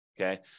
okay